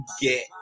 get